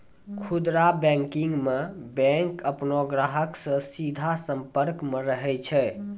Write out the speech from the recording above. खुदरा बैंकिंग मे बैंक अपनो ग्राहको से सीधा संपर्क मे रहै छै